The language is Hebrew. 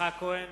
יצחק כהן,